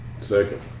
second